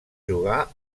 jugar